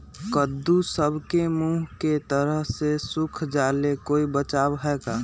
कददु सब के मुँह के तरह से सुख जाले कोई बचाव है का?